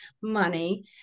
money